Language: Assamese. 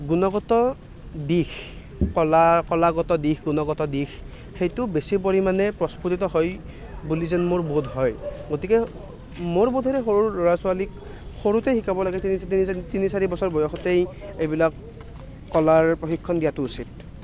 গুণগত দিশ কলা কলাগত দিশ গুণগত দিশ সেইটো বেছি পৰিমাণে প্ৰস্ফুতিত হয় বুলি যেন মোৰ বোধ হয় গতিকে মোৰ বোধেৰে সৰু ল'ৰা ছোৱালীক সৰুতে শিকাব লাগে তিনি চাৰি বছৰ বয়সতেই এইবিলাক কলাৰ প্ৰশিক্ষণ দিয়াতো উচিত